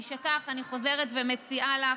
משכך, אני חוזרת ומציעה לך,